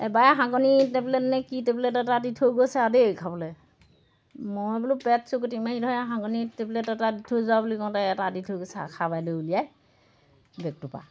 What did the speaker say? এবাৰে হাগনি টেবলেট নে কি টেবলেট এটা দি থৈ গৈছে আৰু দেই খাবলৈ মই বোলো পেট চিকুটি মাৰি ধৰে হাগনি টেবলেট এটা দি থৈ যোৱা বুলি কওঁতে এটা দি থৈ গৈছে আৰু খাবলৈ উলিয়াই বেগটোৰ পৰা